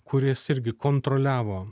kuris irgi kontroliavo